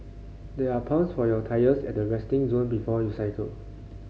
there are pumps for your tyres at the resting zone before you cycle